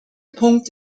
punkt